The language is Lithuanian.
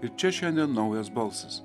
ir čia šiandien naujas balsas